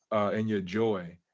and your joy.